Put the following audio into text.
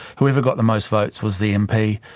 whoever got the most votes was the mp.